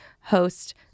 host